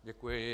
Děkuji.